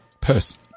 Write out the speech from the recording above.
purse